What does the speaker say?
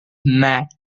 matt